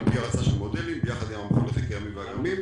פי הרצה של מודלים ביחד עם המכון לחקר ימי ואגמים.